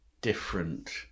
different